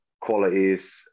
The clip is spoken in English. qualities